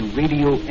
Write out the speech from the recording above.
radio